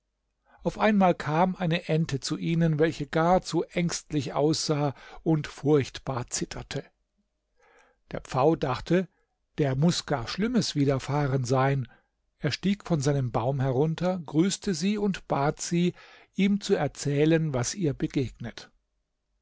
auf einmal kam eine ente zu ihnen welche gar zu ängstlich aussah und furchtbar zitterte der pfau dachte der muß gar schlimmes widerfahren sein er stieg von seinem baum herunter grüßte sie und bat sie ihm zu erzählen was ihr begegnet